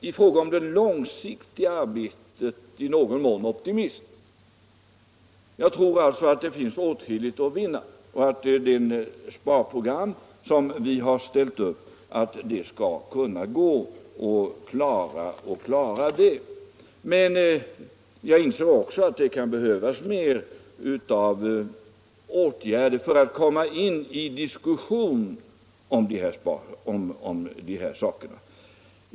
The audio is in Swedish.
Beträffande det långsiktiga arbetet är jag alltså i viss mån optimist. Jag tror att det här kan finnas mycket att vinna och att det går att klara det sparprogram vi ställt upp. Men jag anser att det kan behöva vidtagas flera åtgärder för att komma in i en fruktbärande diskussion om de här sakerna.